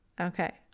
Okay